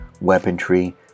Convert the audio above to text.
weaponry